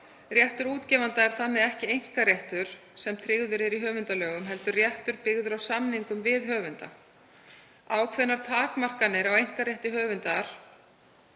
Réttur útgefanda er þannig ekki einkaréttur sem tryggður er í höfundalögum heldur réttur byggður á samningum við höfunda. Ákveðnar takmarkanir á einkarétti höfundar